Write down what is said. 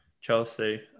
Chelsea